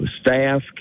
staff